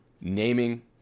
naming